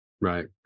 right